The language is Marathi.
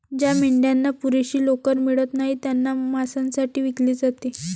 ज्या मेंढ्यांना पुरेशी लोकर मिळत नाही त्यांना मांसासाठी विकले जाते